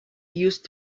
used